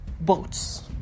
boats